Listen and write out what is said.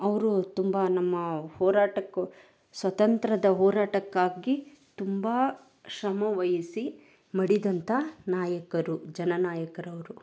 ಅವರು ತುಂಬ ನಮ್ಮ ಹೋರಾಟಕ್ಕೆ ಸ್ವತಂತ್ರದ ಹೋರಾಟಕ್ಕಾಗಿ ತುಂಬ ಶ್ರಮವಹಿಸಿ ಮಡಿದಂತ ನಾಯಕರು ಜನನಾಯಕ್ರು ಅವರು